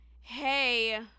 hey